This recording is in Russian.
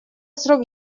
срок